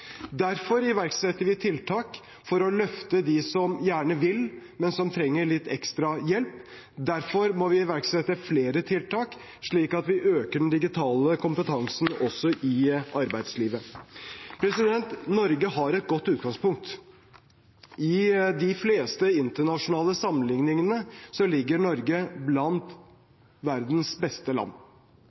Derfor iverksetter vi tiltak for å løfte dem som gjerne vil, men som trenger litt ekstra hjelp. Derfor må vi iverksette flere tiltak, slik at vi øker den digitale kompetansen også i arbeidslivet. Norge har et godt utgangspunkt. I de fleste internasjonale sammenligningene ligger Norge blant verdens beste land.